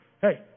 Hey